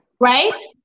Right